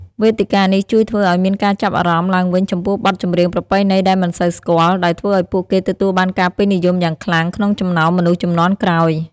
វេទិកានេះជួយធ្វើឱ្យមានការចាប់អារម្មណ៍ឡើងវិញចំពោះបទចម្រៀងប្រពៃណីដែលមិនសូវស្គាល់ ដោយធ្វើឱ្យពួកគេទទួលបានការពេញនិយមយ៉ាងខ្លាំងក្នុងចំណោមមនុស្សជំនាន់ក្រោយ។